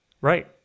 Right